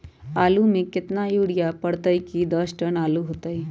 आलु म केतना यूरिया परतई की दस टन आलु होतई?